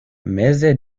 meze